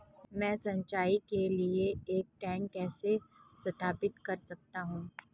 मैं सिंचाई के लिए एक टैंक कैसे स्थापित कर सकता हूँ?